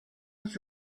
was